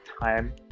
time